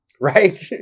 right